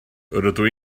rydw